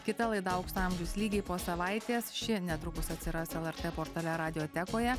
kita laida aukso amžius lygiai po savaitės ši netrukus atsiras lrt portale radiotekoje